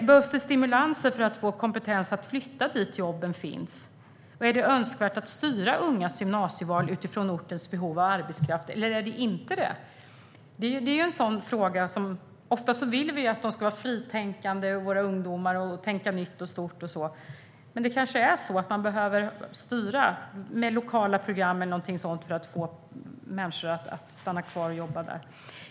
Behövs det stimulanser för att få kompetens att flytta dit jobben finns? Är det önskvärt att styra ungas gymnasieval utifrån ortens behov av arbetskraft, eller är det inte det? Ofta vill vi ju att våra ungdomar ska vara fritänkande - tänka nytt och stort - men det kanske är så att man behöver styra med lokala program för att få människor att stanna kvar och jobba där.